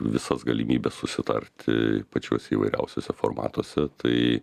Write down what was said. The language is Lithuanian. visas galimybes susitarti pačiuose įvairiausiuose formatuose tai